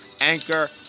anchor